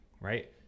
right